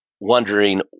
wondering